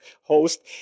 host